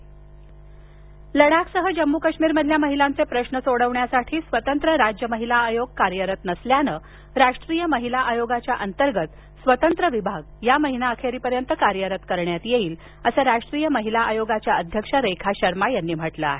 लडाख महिला आयोग लडाखसह जम्मू काश्मीरमधल्या महिलांचे प्रश्न सोडवण्यासाठी स्वतंत्र राज्य महिला आयोग नसल्यानं राष्ट्रीय महिला आयोगाच्या अंतर्गत स्वतंत्र विभाग या महिनाअखेरीपर्यंत कार्यरत करण्यात येईल असं राष्ट्रीय महिला आयोगाच्या अध्यक्षा रेखा शर्मा यांनी म्हटलं आहे